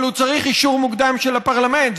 אבל הוא צריך אישור מוקדם של הפרלמנט.